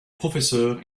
professeur